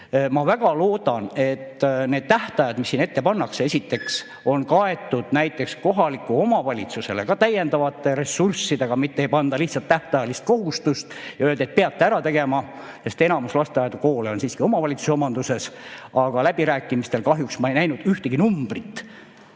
Ma väga loodan, et need tähtajad, mis siin ette pannakse, esiteks on kaetud kohalikele omavalitsustele eraldatavate täiendavate ressurssidega, mitte ei panda lihtsalt tähtajalist kohustust, öeldes, et peate ära tegema. Enamik lasteaedu ja koole on siiski omavalitsuse omanduses. Aga kahjuks ma ei näinud ühtegi numbrit